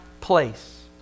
place